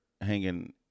hanging